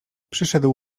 przyszedł